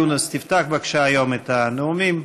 ואאל יונס, תפתח בבקשה היום את הנאומים.